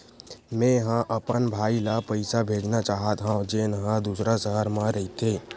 मेंहा अपन भाई ला पइसा भेजना चाहत हव, जेन हा दूसर शहर मा रहिथे